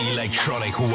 Electronic